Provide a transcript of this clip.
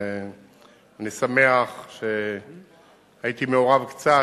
ואני שמח שהייתי מעורב קצת,